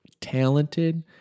talented